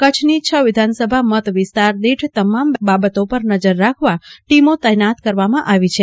કચ્છની છ વિધાનસભા મતવિસ્તારદીઠ તમામ બાબતો પર નજર રાખવા ટીમો તૈનાત કરવામાં આવી છે